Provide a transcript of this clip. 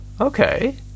okay